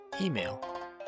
email